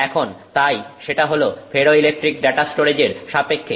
এখন তাই সেটা হল ফেরোইলেকট্রিক ডাটা স্টোরেজের সাপেক্ষে